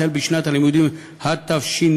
החל בשנת הלימודים התשנ"ח,